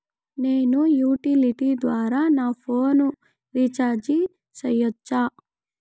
నేను యుటిలిటీ ద్వారా నా ఫోను రీచార్జి సేయొచ్చా?